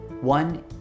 One